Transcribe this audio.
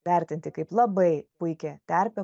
vertinti kaip labai puikią terpę